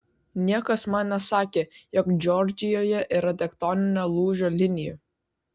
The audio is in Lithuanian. niekas man nesakė jog džordžijoje yra tektoninio lūžio linijų